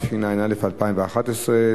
התשע"א 2011,